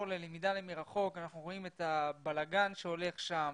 ללמידה מרחוק אנחנו רואים את הבלגן שהולך שם